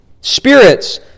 spirits